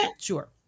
sure